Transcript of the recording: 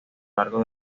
largo